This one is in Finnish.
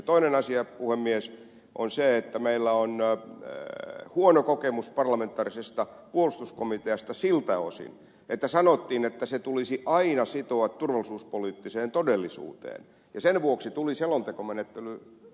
toinen asia puhemies on se että meillä on huono kokemus parlamentaarisesta puolustuskomiteasta siltä osin että sanottiin että puolustuspolitiikka tulisi aina sitoa turvallisuuspoliittiseen todellisuuteen ja sen vuoksi tuli selontekomenettelyinstituutio